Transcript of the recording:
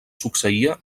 succeïa